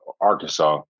Arkansas